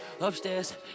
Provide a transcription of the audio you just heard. upstairs